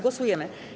Głosujemy.